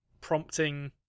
prompting